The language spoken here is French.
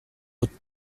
votre